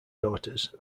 daughters